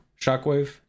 Shockwave